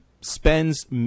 spends